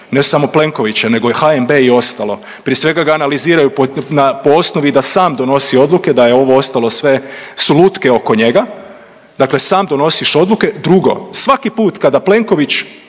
ne samo Plenkovića nego i HNB i ostalo, prije svega ga analiziraju po osnovi da sam donosi odluke, da je ovo ostalo sve su lutke oko njega, dakle sam donosiš odluke. Drugo, svaki put kada Plenković